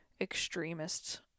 extremists